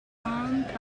tongue